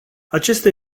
acesta